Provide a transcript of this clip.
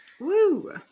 Woo